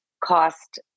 cost